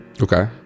okay